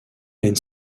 and